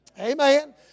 Amen